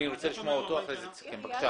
תציג